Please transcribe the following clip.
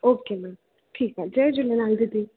okay ma'am ठीकु आहे जय झूलेलाल दीदी